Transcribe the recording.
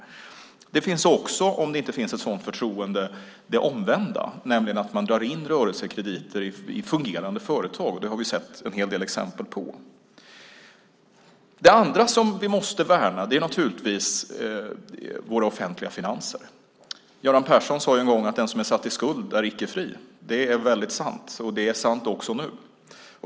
Det finns också, om det inte finns ett sådant förtroende, det omvända, nämligen att man drar in rörelsekrediter i fungerande företag. Det har vi sett en hel del exempel på. Det andra som vi måste värna är naturligtvis våra offentliga finanser. Göran Persson sade en gång att den som är satt i skuld är icke fri. Det är väldigt sant. Det är sant också nu.